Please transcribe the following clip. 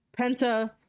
Penta